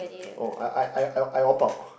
oh I I I I I I opt out